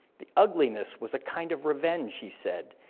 the ugliness was a kind of revenge, he said,